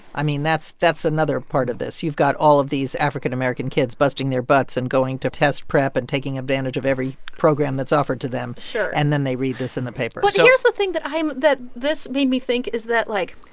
i mean, that's that's another part of this. you've got all of these african-american kids busting their butts and going to test prep and taking advantage of every program that's offered to them sure and then they read this in the paper but here's the thing that i'm that this made me think, is that, like,